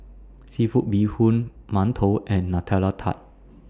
Seafood Bee Hoon mantou and Nutella Tart